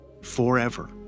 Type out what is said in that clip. forever